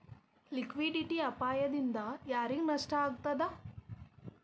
Liquidity ಅಪಾಯ ದಿಂದಾ ಯಾರಿಗ್ ನಷ್ಟ ಆಗ್ತದ?